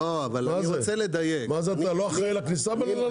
אתה לא אחראי לכניסה לנמל?